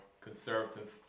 conservative